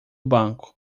banco